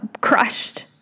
crushed